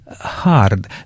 hard